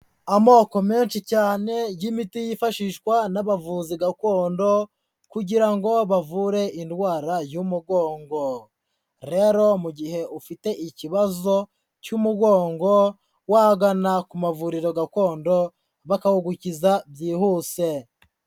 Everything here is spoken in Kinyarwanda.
Amoko menshi cyane y'imiti yifashishwa n'abavuzi gakondo kugira ngo bavure indwara y'umugongo rero mu gihe ufite ikibazo cy'umugongo, wagana ku mavuriro gakondo bakawugukiza byihuse.